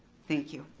thank you.